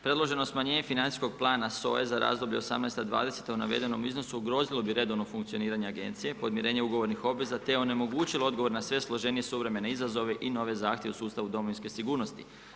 Predloženo smanjenje financijskog plana SOA-e za razdoblje '18.-'20. u navedenom iznosu ugrozilo bi redovno funkcioniranje Agencije, podmirenje ugovornih obveza te onemogućilo odgovor na sve složenije suvremene izazove i nove zahtjeve u sustavu domovinske sigurnosti.